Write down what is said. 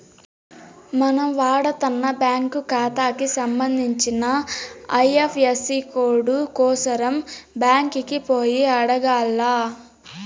మనం వాడతన్న బ్యాంకు కాతాకి సంబంధించిన ఐఎఫ్ఎసీ కోడు కోసరం బ్యాంకికి పోయి అడగాల్ల